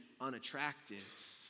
unattractive